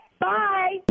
Bye